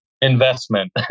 investment